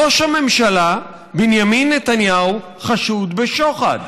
ראש הממשלה בנימין נתניהו חשוד בשוחד.